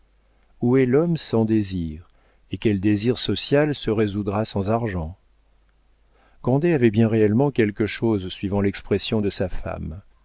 où est l'homme sans désir et quel désir social se résoudra sans argent grandet avait bien réellement quelque chose suivant l'expression de sa femme